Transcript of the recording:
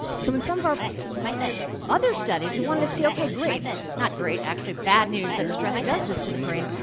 so in some of our other studies, we wanted to see, okay great, not great, actually bad news that stress does this to the brain,